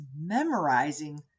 memorizing